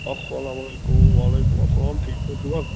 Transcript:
اَسَلام وعلیکُم وعلیکُم اسَلام ٹھیٖک پٲٹھۍ چھُوا